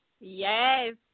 Yes